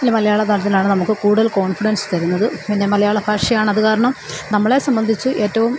ഇല്ല മലയാളതലത്തിലാണ് നമുക്ക് കൂടുതൽ കോൺഫിഡൻസ് തരുന്നത് പിന്നെ മലയാള ഭാഷയാണത് കാരണം നമ്മളെ സംബന്ധിച്ച് ഏറ്റവും